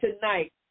tonight